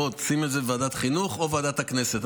בוא ותשים את זה בוועדת החינוך או בוועדת הכנסת.